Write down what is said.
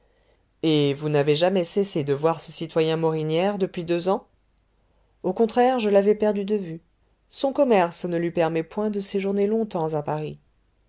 et vous n'avez jamais cessé de voir ce citoyen morinière depuis deux ans au contraire je l'avais perdu de vue son commerce ne lui permet point de séjourner longtemps à paris